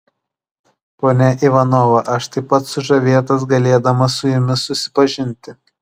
ponia ivanova aš taip pat sužavėtas galėdamas su jumis susipažinti